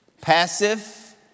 passive